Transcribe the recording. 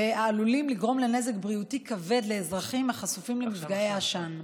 העלולים לגרום נזק בריאותי כבד לאזרחים החשופים למפגעי העשן.